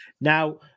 Now